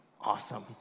Awesome